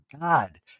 god